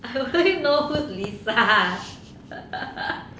I only know who is lisa